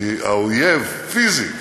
כי האויב, פיזית,